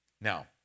Now